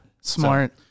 Smart